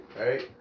Right